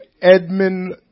Edmund